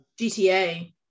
GTA